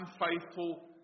unfaithful